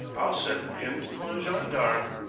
i'll send him for a gendarme.